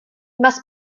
must